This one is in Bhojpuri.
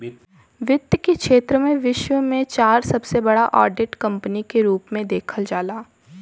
वित्त के क्षेत्र में विश्व में चार सबसे बड़ा ऑडिट कंपनी के रूप में देखल जाला